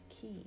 key